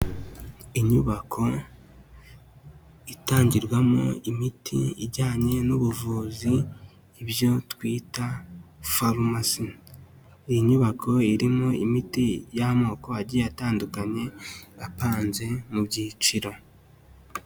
Inyubako itangirwamo imiti ijyanye n'ubuvuzi ibyo twita farumasi, iyi nyubako irimo imiti y'amoko agiye atandukanye apanze mu byiciro.